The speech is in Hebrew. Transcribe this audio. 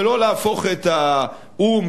ולא להפוך את האו"ם,